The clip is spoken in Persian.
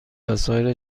وسایل